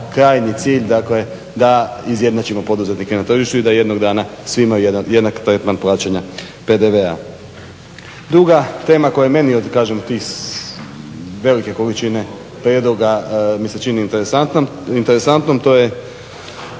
krajnji cilj, dakle da izjednačimo poduzetnike na tržištu i da jednog dana svi imaju jednak tretman plaćanja PDV-a. Druga, tema koja je meni od kažem tih, velike količini prijedloga mi se čini interesantnom to je,